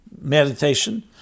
Meditation